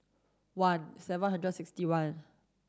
one seven hundred sixty one